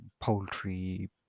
poultry